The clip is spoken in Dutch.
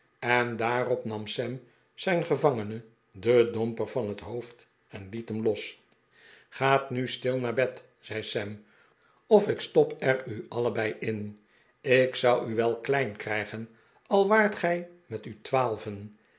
en daarop nam sam zijn gevangene den domper van het hoofd en liet hem los gaat nu stil naar bed zei sam of ik stop er u allebei in ik zou u wel klein krijgen al waart gij met u twaalven